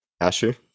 Asher